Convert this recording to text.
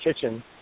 Kitchen